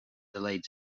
delayed